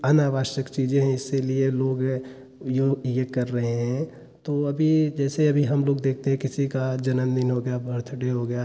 अन आवश्यक चीज़ें हैं इसीलिए लोग यह यह कर रहे हैं तो अभी जैसे हम लोग देखते हैं किसी का जन्मदिन हो गया बर्थडे हो गया